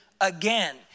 again